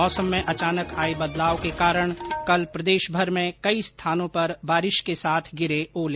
मौसम में अचानक आए बदलाव के कारण कल प्रदेशभर में कई स्थानों पर बारिश के साथ गिरे ओले